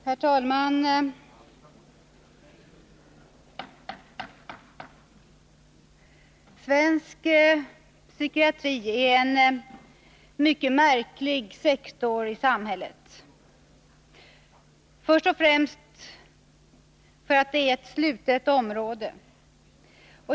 Herr talman! Svensk psykiatri är en mycket märklig sektor av samhället. Först och främst är den ett slutet område.